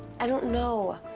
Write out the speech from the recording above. i don't know.